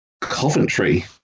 Coventry